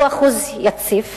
הוא אחוז יציב,